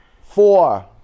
Four